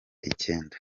icyenda